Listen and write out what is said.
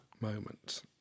moment